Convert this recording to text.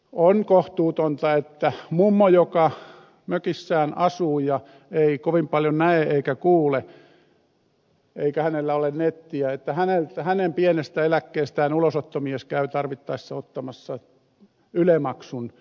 on kohtuutonta että mummon joka mökissään asuu ja ei kovin paljon näe eikä kuule ja jolla ei ole nettiä pienestä eläkkeestä ulosottomies käy tarvittaessa ottamassa yle maksun